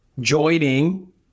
joining